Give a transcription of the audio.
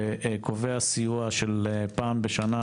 קובע סיוע של פעם בשנה,